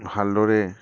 ভালদৰে